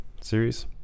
series